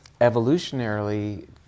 evolutionarily